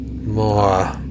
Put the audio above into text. more